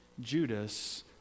Judas